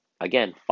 Again